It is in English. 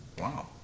Wow